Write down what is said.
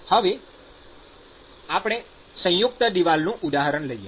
હવે આપણે સંયુક્ત દીવાલનું ઉદાહરણ લઈએ